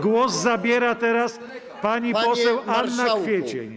Głos zabiera teraz pani poseł Anna Kwiecień.